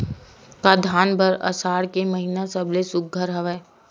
का धान बर आषाढ़ के महिना सबले सुघ्घर हवय?